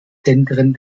zentren